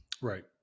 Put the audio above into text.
Right